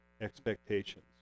expectations